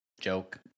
joke